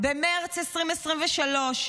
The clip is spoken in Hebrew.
במרץ 2023,